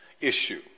issue